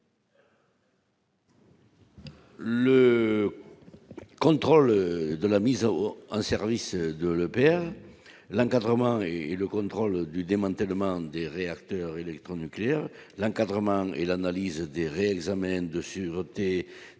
Le contrôle de la mise en un service de l'EPR, l'encadrement et le contrôle du démantèlement des réacteurs électronucléaires l'encadrement et l'analyse des réexamens de sûreté